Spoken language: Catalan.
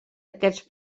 aquests